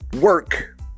Work